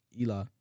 Eli